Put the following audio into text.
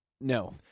No